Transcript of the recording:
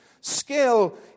skill